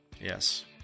Yes